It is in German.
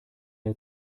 der